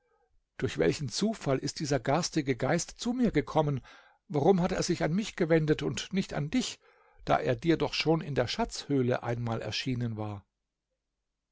durch welchen zufall ist dieser garstige geist zu mir gekommen warum hat er sich an mich gewendet und nicht an dich da er dir doch schon in der schatzhöhle einmal erschienen war